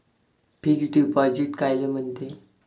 Fix deposit कायले म्हनते?